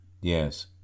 Yes